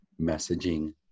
messaging